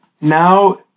Now